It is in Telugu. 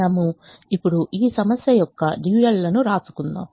మనము ఇప్పుడు ఈ సమస్య యొక్క డ్యూయల్ లను వ్రాసుకుందాం